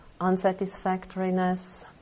unsatisfactoriness